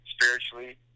spiritually